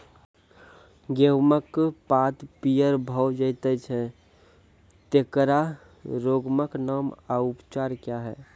गेहूँमक पात पीअर भअ जायत छै, तेकरा रोगऽक नाम आ उपचार क्या है?